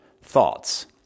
thoughts